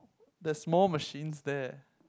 the small machines there